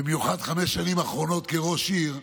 במיוחד חמש השנים האחרונות כראש עיר,